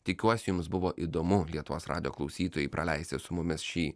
tikiuosi jums buvo įdomu lietuvos radijo klausytojai praleisti su mumis šį